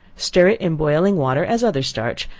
stir it in boiling water as other starch,